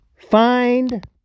Find